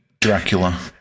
Dracula